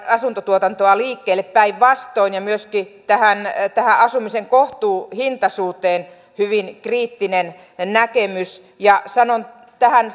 asuntotuotantoa liikkeelle päinvastoin ja myöskin oli tähän asumisen kohtuuhintaisuuteen hyvin kriittinen näkemys sanon tähän